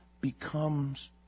becomes